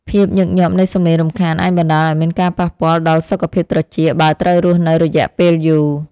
ភាពញឹកញាប់នៃសំឡេងរំខានអាចបណ្តាលឱ្យមានការប៉ះពាល់ដល់សុខភាពត្រចៀក បើត្រូវរស់នៅរយៈពេលយូរ។